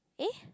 eh